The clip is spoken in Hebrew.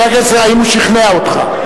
הוא שכנע אותי,